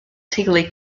teulu